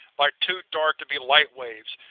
like too dark to be light waves,